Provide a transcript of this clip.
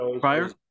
prior